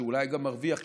שאולי גם מרוויח יפה,